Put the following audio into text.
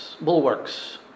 bulwarks